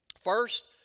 First